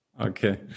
Okay